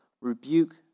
Rebuke